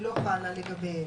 לא חלה לגביהם.